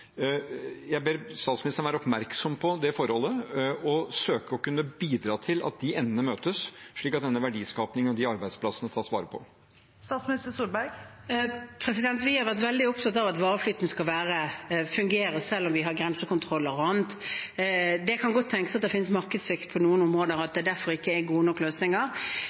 Jeg ber statsministeren være oppmerksom på det forholdet og søke å kunne bidra til at de endene møtes, slik at denne verdiskapingen og de arbeidsplassene tas vare på. Vi har vært veldig opptatt av at vareflyten skal fungere selv om vi har grensekontroll og annet. Det kan godt tenkes at det finnes markedssvikt på noen områder, at det derfor ikke er gode nok løsninger.